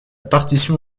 partition